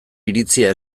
iritzia